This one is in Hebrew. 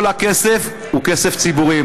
כל הכסף הוא כסף ציבורי.